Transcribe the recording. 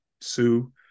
Sue